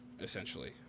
essentially